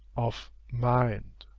of mind.